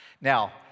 Now